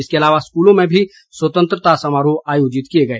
इसके अलावा स्कूलों में भी स्वतंत्रता समारोह आयोजित किए गए